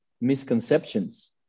misconceptions